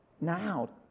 Now